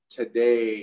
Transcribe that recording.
today